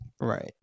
Right